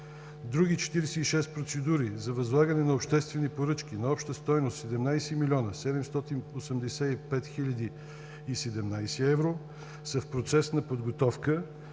Други 46 процедури за възлагане на обществени поръчки на обща стойност 17 млн. 785 хил. 17 евро са в процес на подготовка.